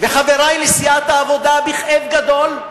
וחברי לסיעת העבודה, בכאב גדול,